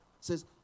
says